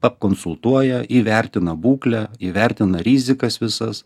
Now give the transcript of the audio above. pakonsultuoja įvertina būklę įvertina rizikas visas